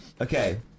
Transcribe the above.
Okay